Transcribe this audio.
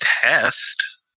test